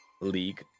league